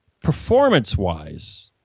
performance-wise